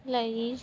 ਲਈ